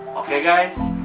okay, i